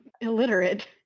illiterate